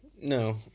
No